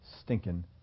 stinking